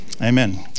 Amen